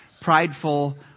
prideful